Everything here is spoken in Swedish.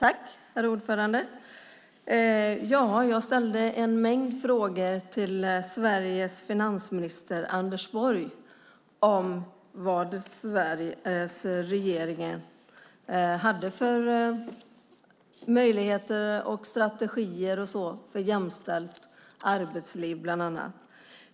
Herr talman! Jag ställde en mängd frågor till Sveriges finansminister Anders Borg, bland annat vilka möjligheter och strategier Sveriges regering har för ett jämställt arbetsliv.